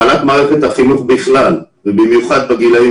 הפעלת מערכת החינוך בכלל ובמיוחד בגילאים